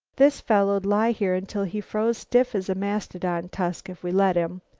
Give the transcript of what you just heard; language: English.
this fellow'd lie here until he froze stiff as a mastodon tusk if we'd let him,